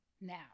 Now